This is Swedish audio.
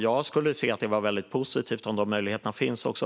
Det skulle jag se positivt på.